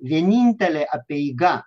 vienintelė apeiga